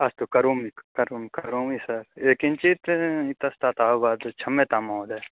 अस्तु करोमि करोमि करोमि सर् ए किञ्चित् इतस्ततः भवतः क्षम्यतां महोदय